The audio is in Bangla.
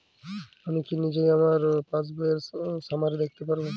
আমি কি নিজেই আমার পাসবইয়ের সামারি দেখতে পারব?